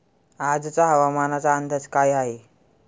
आजचा हवामानाचा अंदाज काय आहे?